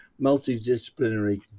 multidisciplinary